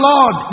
Lord